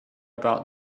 about